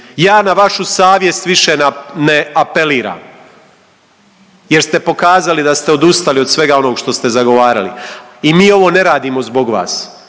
Ja na vaš savjest više ne apeliram jer ste pokazali da ste odustali od svega onog što ste zagovarali i mi ovo ne radimo zbog vas,